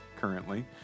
currently